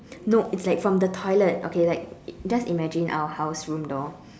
no it's like from the toilet okay like just imagine our house room door